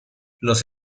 los